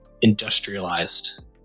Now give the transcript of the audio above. industrialized